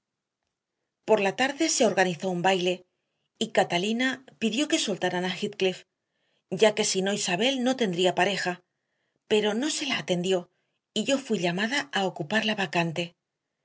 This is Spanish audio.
por la tarde se organizó un baile y catalina pidió que soltaran a heathcliff ya que si no isabel no tendría pareja pero no se la atendió y yo fui llamada a ocupar la vacante